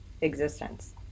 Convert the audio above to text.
existence